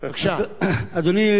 אדוני היושב-ראש,